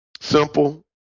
Simple